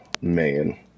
man